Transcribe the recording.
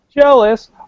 Jealous